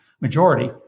majority